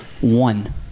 one